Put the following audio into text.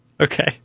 Okay